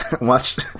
Watch